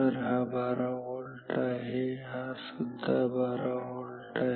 तर हा 12V आहे हा सुद्धा 12V आहे